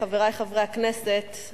חברי חברי הכנסת,